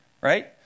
Right